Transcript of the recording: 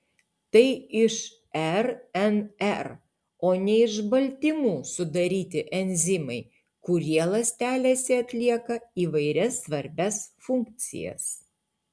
tai iš rnr o ne iš baltymų sudaryti enzimai kurie ląstelėse atlieka įvairias svarbias funkcijas